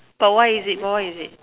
but what is it but what is it